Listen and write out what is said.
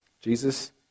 Jesus